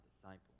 disciple